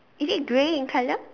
is it grey in colour